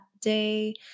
day